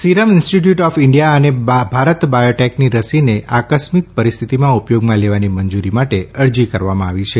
serum Institute of India અને ભારત બાયોટેકની રસીનો આકસ્મીક પરિસ્થિતિમાં ઉપયોગમાં લેવાની મંજુરી માટે અરજી કરવામાં આવી છે